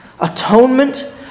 Atonement